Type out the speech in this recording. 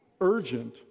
urgent